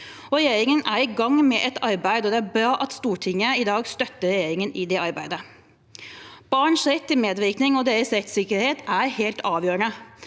Regjeringen er i gang med et arbeid, og det er bra at Stortinget i dag støtter regjeringen i det arbeidet. Barns rett til medvirkning og deres rettssikkerhet er helt avgjørende.